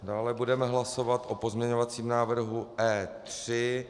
Dále budeme hlasovat o pozměňovacím návrhu E3.